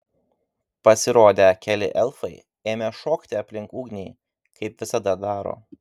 pasirodę keli elfai ėmė šokti aplink ugnį kaip visada daro